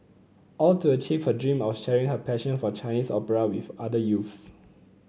all to achieve her dream of sharing her passion for Chinese opera with other youths